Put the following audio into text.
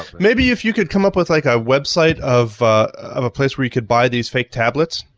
maybe if you could come up with like a website of of a place where you could buy these fake tablets.